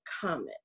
common